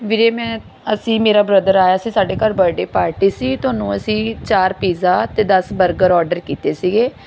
ਵੀਰੇ ਮੈਂ ਅਸੀਂ ਮੇਰਾ ਬ੍ਰਦਰ ਆਇਆ ਸੀ ਸਾਡੇ ਘਰ ਬਰਡੇ ਪਾਰਟੀ ਸੀ ਤੁਹਾਨੂੰ ਅਸੀਂ ਚਾਰ ਪੀਜ਼ਾ ਅਤੇ ਦਸ ਬਰਗਰ ਓਰਡਰ ਕੀਤੇ ਸੀਗੇ